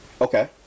Okay